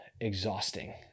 exhausting